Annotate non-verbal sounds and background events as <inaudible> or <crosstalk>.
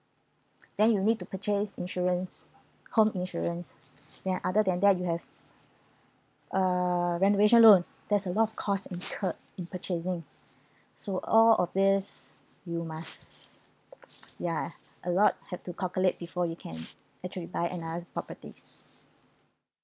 <noise> then you need to purchase insurance home insurance then other than that you have <breath> uh renovation loan there is a lot of costs incurred in purchasing <breath> so all of this you must ya <breath> a lot have to calculate before you can actually buy another properties